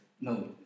no